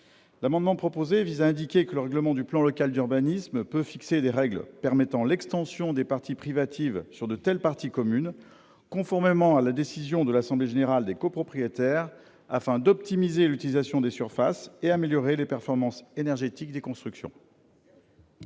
amendement vise à indiquer que le règlement du plan local d'urbanisme peut fixer des règles permettant l'extension des parties privatives sur de telles parties communes, conformément à la décision de l'assemblée générale des copropriétaires, afin d'optimiser l'utilisation des surfaces et d'améliorer les performances énergétiques des constructions.